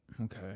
Okay